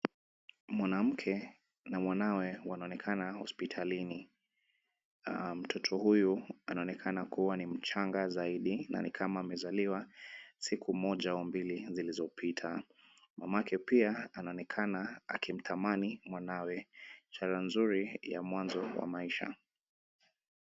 Mwanamke na mwanawe wanaonekana hospitalini. Mtoto huyu anaonekana kuwa ni mchanga zaidi na ni kama amezaliwa siku moja au mbili zilizopita. Mamake pia anaonekana akimtamani mwanawe. Chanzo nzuri ya mwanzo wa maisha.